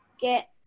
get